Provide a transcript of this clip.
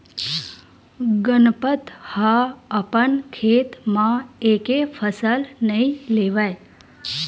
गनपत ह अपन खेत म एके फसल नइ लेवय